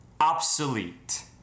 obsolete